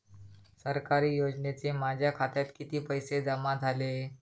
सरकारी योजनेचे माझ्या खात्यात किती पैसे जमा झाले?